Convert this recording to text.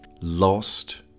Lost